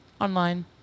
online